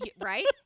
right